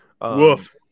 Woof